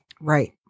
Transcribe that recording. Right